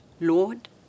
Lord